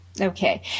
okay